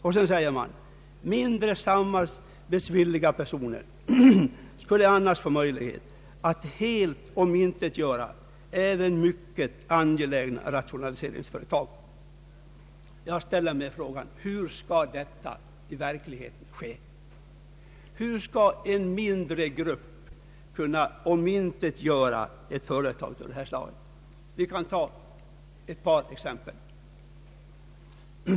Mindre samarbetsvilliga personer, framhåller utskottet, skulle annars få möjlighet att helt omintetgöra även mycket angelägna rationaliseringsföretag. Jag ställer mig frågan: Hur skall detta i verkligheten ske? Hur skall en mindre grupp av markägare kunna omintetgöra ett företag av det här slaget? Jag skall ta ett par exempel.